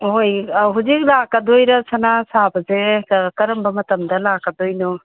ꯍꯣꯏ ꯍꯧꯖꯤꯛ ꯂꯥꯛꯀꯗꯣꯏꯔꯥ ꯁꯅꯥ ꯁꯥꯕꯁꯦ ꯀꯔꯝꯕ ꯃꯇꯝꯗ ꯂꯥꯛꯀꯗꯣꯏꯅꯣ